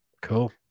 Cool